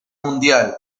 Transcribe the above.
mundial